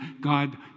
God